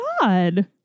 god